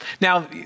Now